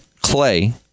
Clay